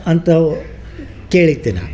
ಅಂಥವು ಕೇಳಿದ್ದೆ ನಾನು